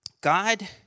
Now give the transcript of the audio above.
God